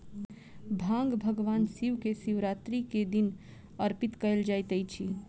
भांग भगवान शिव के शिवरात्रि के दिन अर्पित कयल जाइत अछि